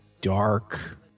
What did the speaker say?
dark